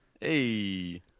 Hey